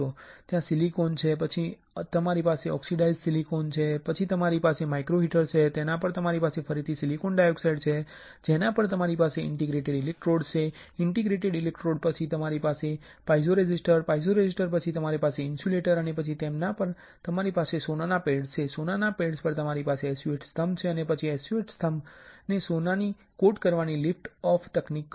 ત્યાં સિલિકોન છે પછી તમારી પાસે ઓક્સિડાઇઝ્ડ સિલિકોન છે પછી તમારી પાસે માઇક્રો હીટર છે તેના પર તમારી પાસે ફરીથી સિલિકોન ડાયોક્સાઇડ છે જેના પર તમારી પાસે ઇન્ટરડિજિટેટ ઇલેક્ટ્રોડ્સ છે ઇન્ટરડિજિટેટેડ ઇલેક્ટ્રોડ્સ પછી તમારી પાસે પિઝોરેઝિસ્ટર છે પાઇઝોરેઝિસ્ટર પછી તમારી પાસે ઇન્સ્યુલેટર છે અને જેના પર તમારી પાસે સોનાના પેડ્સ છે સોનાના પેડ્સ પર તમારી પાસે SU8 સ્તંભ છે અને પછી તમે SU 8 સ્તંભ ને સોનાથી કોટ કરવાની લિફ્ટઓફ તકનીક કરો છો